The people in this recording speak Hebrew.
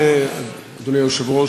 אדוני היושב-ראש,